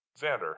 Xander